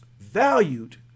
valued